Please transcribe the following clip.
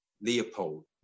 Leopold